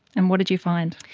and what did you find?